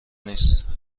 نیست